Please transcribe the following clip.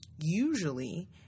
usually